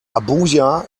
abuja